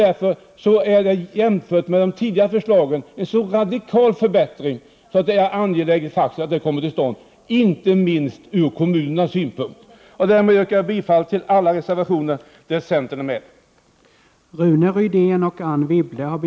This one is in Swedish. Det innebär en radikal förbättring jämfört med tidigare förslag, och därför är det faktiskt angeläget att det genomförs, inte minst ur kommunernas synpunkt. Jag yrkar bifall till alla reservationer där centern finns med.